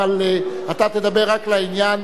אבל אתה תדבר רק לעניין.